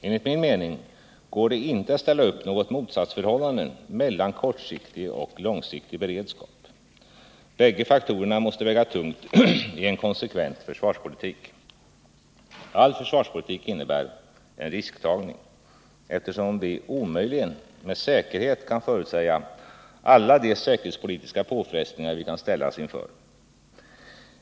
Enligt min mening går det inte att ställa upp något motsatsförhållande mellan kortsiktig och långsiktig beredskap. Bägge faktorerna måste väga tungt i en konsekvent försvarspolitik. All försvarspolitik innebär en risktagning, eftersom vi omöjligen med säkerhet kan förutsäga alla de säkerhetspolitiska påfrestningar vi kan ställas inför.